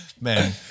Man